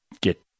get